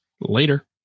Later